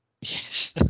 yes